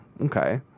okay